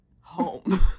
home